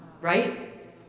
Right